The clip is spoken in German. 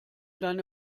deine